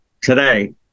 today